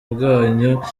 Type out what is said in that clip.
bwanyu